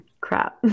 crap